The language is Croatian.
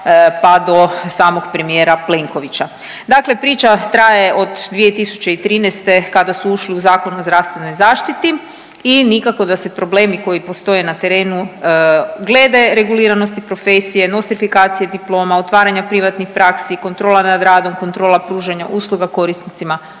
pa do samog premijera Plenkovića. Dakle, priča traje od 2013. kada su ušli u Zakon o zdravstvenoj zaštiti i nikako da se problemi koji postoje na terenu glede reguliranosti profesije, nostrifikacije diploma, otvaranja privatnih praksa, kontrola nad radom, kontrola pružanja usluga korisnicima